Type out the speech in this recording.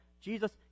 Jesus